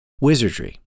Wizardry